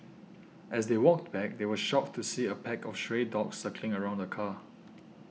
as they walked back they were shocked to see a pack of stray dogs circling around the car